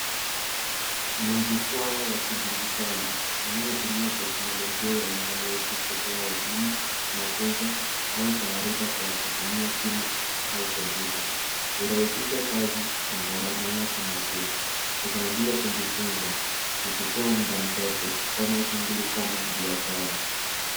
Majukwaa ya kidijitali yanayotumia teknologia ya interneti kutoa huduma mafunzo au taarifa kwa kutumia simu au kompyuta kurahisisha kazi na gharama yake nafuu kusaidia kujifunza kuchukua muda mchache kufanya shughuli kama biashara.